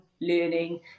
learning